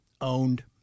owned